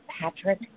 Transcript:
Patrick